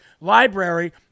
Library